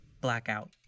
Blackout